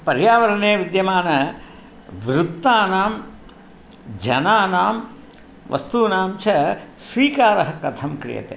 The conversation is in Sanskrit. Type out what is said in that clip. पर्यावरणे विद्यमानवृत्तानां जनानां वस्तूनां च स्विकारः कथं क्रियते